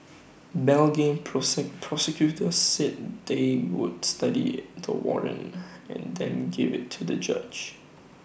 Belgian prosecutors said they would study the warrant and then give IT to the judge